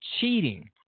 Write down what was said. cheating